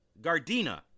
Gardena